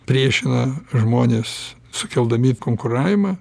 priešina žmones sukeldami konkuravimą